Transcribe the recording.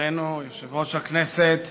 חברנו יושב-ראש הכנסת